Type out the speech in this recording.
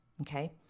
Okay